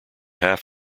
half